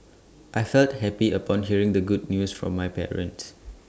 I felt happy upon hearing the good news from my parents